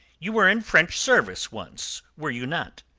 you were in french service once, were you not?